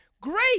great